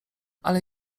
ale